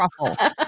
Truffle